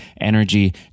energy